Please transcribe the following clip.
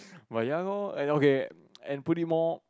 but ya loh and okay and put it more